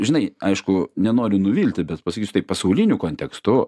žinai aišku nenoriu nuvilti bet pasakysiu taip pasauliniu kontekstu